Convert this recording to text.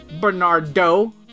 Bernardo